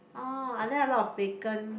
oh are there a lot of vacant